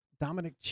Dominic